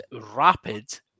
rapid